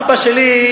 אבא שלי,